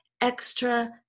extra